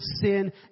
sin